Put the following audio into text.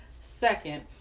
second